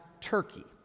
Turkey